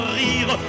rire